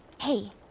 Hey